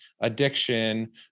addiction